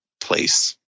place